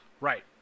Right